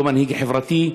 לא מנהיג חברתי,